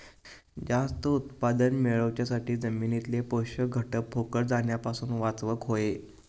जास्त उत्पादन मेळवच्यासाठी जमिनीतले पोषक घटक फुकट जाण्यापासून वाचवक होये